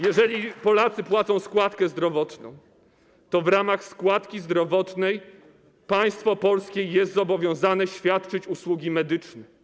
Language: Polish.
Jeżeli Polacy płacą składkę zdrowotną, to w ramach składki zdrowotnej państwo polskie jest zobowiązane świadczyć usługi medyczne.